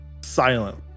silent